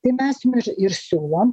tai mes jum ir ir siūlom